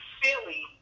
Philly